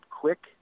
quick